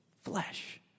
flesh